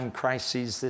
crises